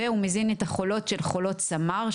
והוא מזין את החולות של חולות סמר,